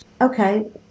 Okay